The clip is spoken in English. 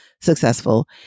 successful